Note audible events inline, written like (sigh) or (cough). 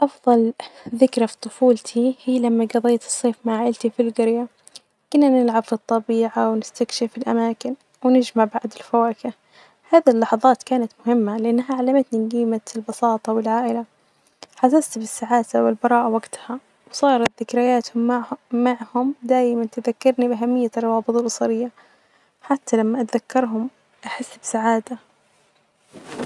أفظل ذكري في طفولتي هيا لما قضيت الصيف مع عيلتي في الجرية، كنا نلعب في الطبيعة ونستكشف الأماكن، ونجمع بعض الفواكهه هذه اللحظات كانت مهمة لأنها علمتني جيمة البساطة والعائلة ،حسست بالسعادة والبراءة وجتها صارت ذكريات معهم-معهم دايما تذكرني بأهمية الروابط الأسرية حتي لما أتذكرهم أحس بسعادة. (noise)